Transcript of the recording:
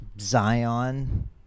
Zion